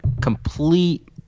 complete